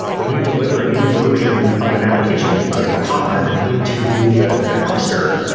when you delivery a new version of an application, a pod into the the cluster,